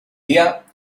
día